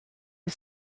the